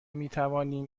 میتوانیم